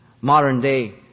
modern-day